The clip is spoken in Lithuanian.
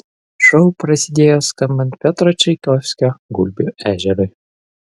šou prasidėjo skambant piotro čaikovskio gulbių ežerui